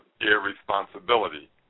irresponsibility